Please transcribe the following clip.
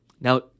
Now